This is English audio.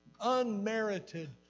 unmerited